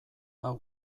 hau